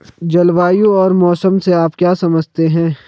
जलवायु और मौसम से आप क्या समझते हैं?